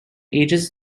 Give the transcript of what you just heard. ages